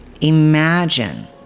imagine